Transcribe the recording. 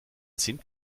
sind